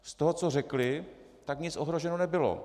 Z toho, co řekli, tak nic ohroženo nebylo.